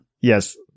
Yes